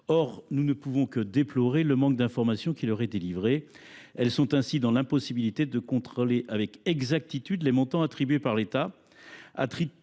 Or nous ne pouvons que déplorer le manque d’informations transmises. Les collectivités sont ainsi dans l’impossibilité de contrôler avec exactitude les montants attribués par l’État.